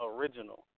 original